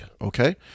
Okay